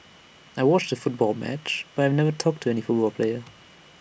I watched A football match but I never talked to any football player